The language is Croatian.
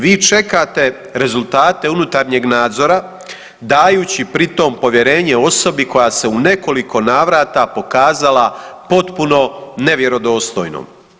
Vi čekate rezultate unutarnjeg nadzora dajući pri tom povjerenje osobi koja se u nekoliko navrata pokazala potpuno nevjerodostojnom.